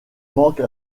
manque